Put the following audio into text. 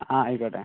ആ ആയിക്കോട്ടെ